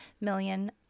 million